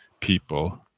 people